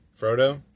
Frodo